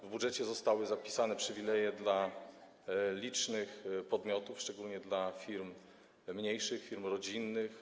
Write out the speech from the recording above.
W budżecie zostały zapisane przywileje dla licznych podmiotów, szczególnie dla mniejszych firm, firm rodzinnych.